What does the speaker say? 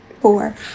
Four